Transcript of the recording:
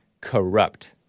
corrupt